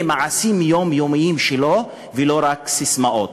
אלה מעשים יומיומיים שלהם, ולא רק ססמאות.